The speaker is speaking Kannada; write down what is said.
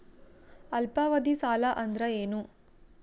ಅಲ್ಪಾವಧಿ ಸಾಲ ಅಂದ್ರ ಏನು?